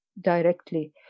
directly